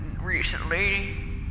recently